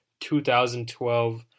2012